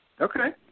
Okay